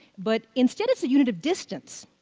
but instead it's a unit of distance,